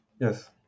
Yes